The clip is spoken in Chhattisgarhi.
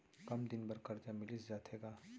कम दिन बर करजा मिलिस जाथे का?